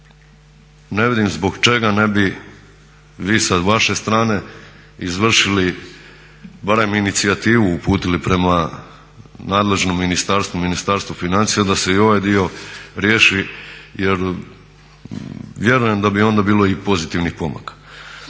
Ne vidim zbog čega ne bi vi sa vaše strane izvršili barem inicijativu uputili prema nadležnom ministarstvu, Ministarstvu financija da se i ovaj dio riješi jer vjerujem da bi onda bilo i pozitivnih pomaka.